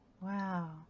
Wow